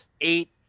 eight